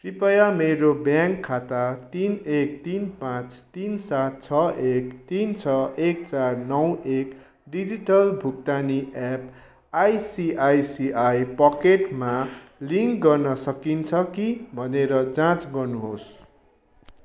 कृपया मेरो ब्याङ्क खाता तिन एक तिन पाचँ तिन सात छ एक तिन छ एक चार नौ एक डिजिटल भुक्तानी एप आइसिआइसिआई पकेटमा लिङ्क गर्न सकिन्छ कि भनेर जाँच गर्नुहोस्